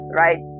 right